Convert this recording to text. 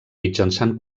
mitjançant